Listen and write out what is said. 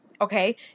okay